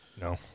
no